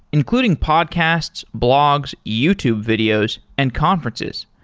including podcasts, blogs, youtube videos, and conferences.